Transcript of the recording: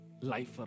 life